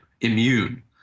immune